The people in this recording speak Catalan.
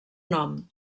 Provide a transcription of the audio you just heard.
nom